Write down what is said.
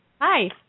Hi